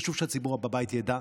וחשוב שהציבור בבית ידע: